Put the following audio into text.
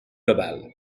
globales